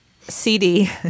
CD